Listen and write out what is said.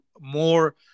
more